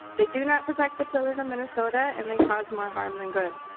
they do not protect the children of minnesota and they cause more harm than good.